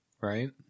right